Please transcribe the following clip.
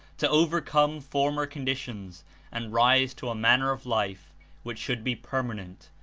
to overcome former con ditions and rise to a manner of life which should be permanent,